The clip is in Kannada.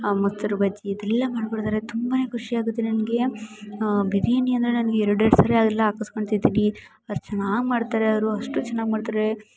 ಆ ಮೊಸರು ಬಜ್ಜಿ ಇದೆಲ್ಲ ಮಾಡಿಕೊಳ್ಳೋದಂದ್ರೆ ತುಂಬಾ ಖುಷಿಯಾಗುತ್ತೆ ನನಗೆ ಬಿರಿಯಾನಿ ಅಂದರೆ ನನಗೆ ಎರಡೆರಡು ಸಲ ಎಲ್ಲ ಹಾಕಸ್ಕೊಂಡ್ ತಿಂತೀನಿ ಅಷ್ಟು ಚೆನ್ನಾಗಿ ಮಾಡ್ತಾರೆ ಅವರು ಅಷ್ಟು ಚೆನ್ನಾಗಿ ಮಾಡ್ತಾರೆ